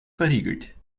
verriegelt